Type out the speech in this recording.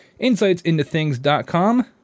insightsintothings.com